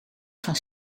van